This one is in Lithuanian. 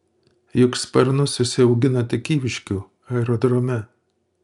juk sparnus užsiauginote kyviškių aerodrome